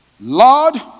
Lord